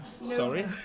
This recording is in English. Sorry